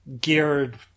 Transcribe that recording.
geared